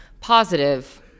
positive